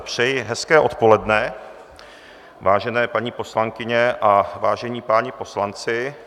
Přeji hezké odpoledne, vážené paní poslankyně a vážení páni poslanci.